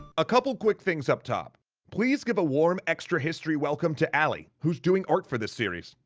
a couple quick things up top please give a warm extra history welcome to ali who's doing art for this series.